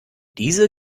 diese